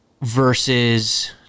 versus